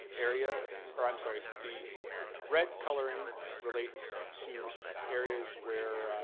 area, or i'm sorry, the red coloring relates to areas where